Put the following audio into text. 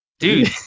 Dude